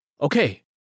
Okay